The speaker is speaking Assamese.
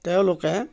তেওঁলোকে